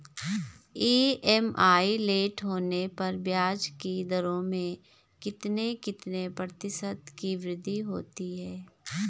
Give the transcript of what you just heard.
EMI late होने पर ब्याज की दरों में कितने कितने प्रतिशत की वृद्धि होती है?